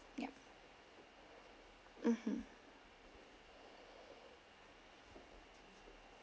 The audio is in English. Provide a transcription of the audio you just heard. yup mmhmm